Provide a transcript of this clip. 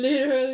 literally